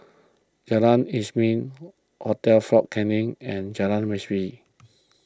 Jalan Isnin Hotel fort Canning and Jalan Masjid